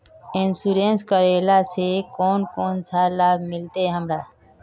Insurance करेला से कोन कोन सा लाभ मिलते हमरा?